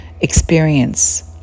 experience